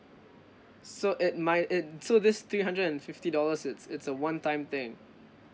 so it might it so this three hundred and fifty dollars it's it's a one time thing